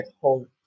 hope